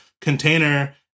container